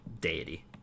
deity